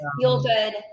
feel-good